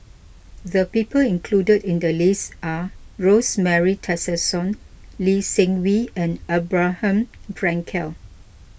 the people included in the list are Rosemary Tessensohn Lee Seng Wee and Abraham Frankel